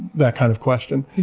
that kind of question.